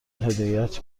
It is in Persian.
هدایت